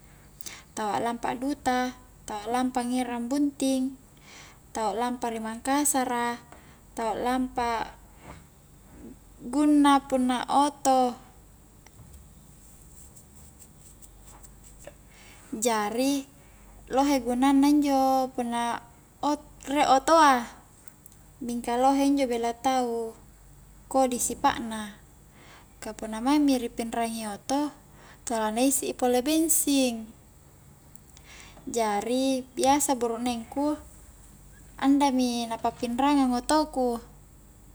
Tau a'lampa duta, tau a'lampa ngerang bunting, tau a lampa ri mangkasara tau a lampa gunna-punna oto jari lohe gunanna injo punna riek otoa mingka lohe injo bela tau kodi sipakna ka punna maing mi ri pinrangi oto, tala na isi i pole bengsing jari biasa burukneng ku andami na pa'pinrangang oto ku